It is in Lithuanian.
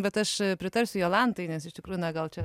bet aš pritarsiu jolantai nes iš tikrųjų na gal čia